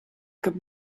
could